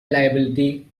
liability